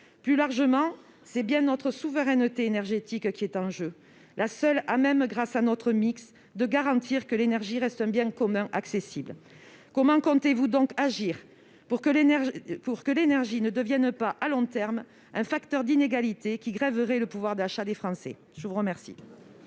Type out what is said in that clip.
Plus largement, c'est bien notre souveraineté énergétique qui est en jeu, la seule à même, grâce à notre mix, de garantir que l'énergie reste un bien commun accessible. Comment comptez-vous donc agir pour que l'énergie ne devienne pas, à long terme, un facteur d'inégalités qui grèverait le pouvoir d'achat des Français ? La parole